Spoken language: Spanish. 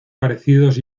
parecidos